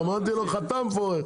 אמרתי לו שפורר חתם,